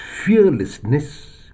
fearlessness